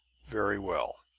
very well.